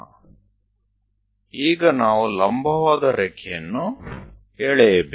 આપણને એક લંબ લીટી દોરવી પડશે